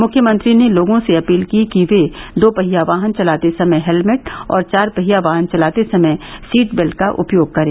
मुख्यमंत्री ने लोगों से अपील की कि वे दो पहिया वाहन चलाते समय हेलमेट और चार पहिया वाहन चलाते समय सीट बेल्ट का उपयोग करें